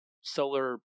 solar